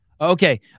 Okay